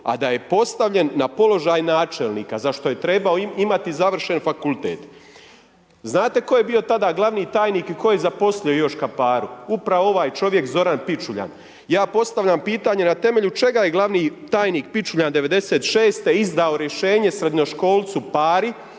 a da je postavljen na položaj načelnika, za što je trebao imati završen fakultet. Znate tko je bio tada gl. tajnik i tko je zaposlio Joška Paru, upravo ovaj čovjek Zoran Pičuljan, ja postavljam pitanje na temelju čega je gl. tajnik Pičuljan '96. izdao rješenje srednjoškolcu Pari